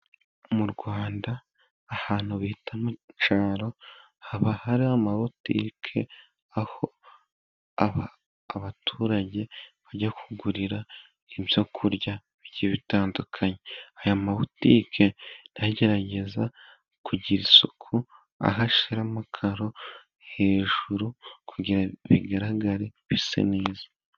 Mu Rwanda ahantu bita mu cyaro haba hari amabotike, aho abaturage bajya kugurira ibyo kurya bigiye bitandukanye. Aya mabotike agerageza kugira isuku ahashiramo amakaro hejuru kugira bigaragare bisa neza.